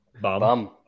Bum